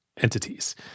entities